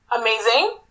amazing